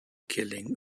killing